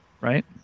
Right